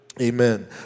Amen